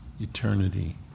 eternity